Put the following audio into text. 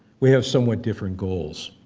we have somewhat different goals.